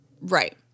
Right